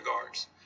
guards